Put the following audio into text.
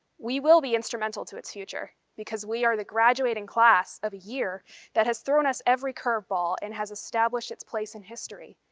we will be instrumental to its future because we are the graduating class of a year that has thrown us every curve ball and has established its place in history,